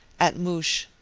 at moush,